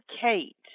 Kate